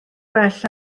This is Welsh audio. gwell